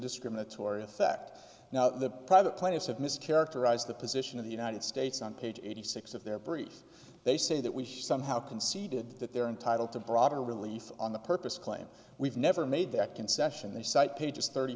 discriminatory effect now the private plaintiffs have mis characterize the position of the united states on page eighty six of their brief they say that we should somehow conceded that they're entitled to broader release on the purpose claim we've never made that concession they cite pages thirty